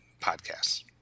podcasts